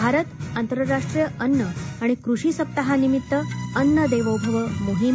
भारत आंतरराष्ट्रीय अन्न आणि कृषी सप्ताहानिमित्त अन्न देवो भव मोहिम